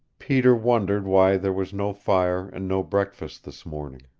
peter wondered why there was no fire and no breakfast this morning.